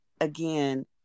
again